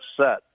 set